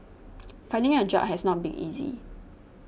finding a job has not been easy